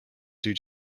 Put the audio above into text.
due